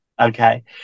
Okay